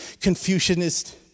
Confucianist